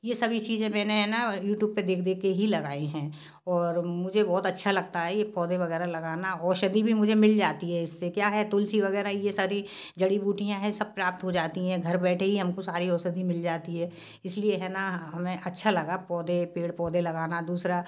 ये सभी चीज़े मैंने है ना यूटूब पर देख देख कर ही लगाई हैं और मुझे बहुत अच्छा लगता है ये पौधे वग़ैरह लगाना औषधि भी मुझे मिल जाती है इससे क्या है तुलसी वग़ैरह ये सारी जड़ी बूटियाँ है सब प्राप्त हो जाती है घर बैठे ही हम को सारी औषधि मिल जाती है इसी लिए है ना हमें अच्छा लगा पौधे पेड़ पौधे लगाना दूसरा